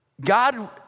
God